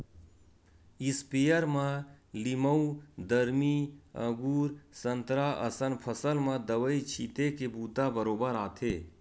sprayer म लीमउ, दरमी, अगुर, संतरा असन फसल म दवई छिते के बूता बरोबर आथे